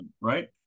right